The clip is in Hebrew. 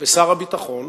ושר הביטחון,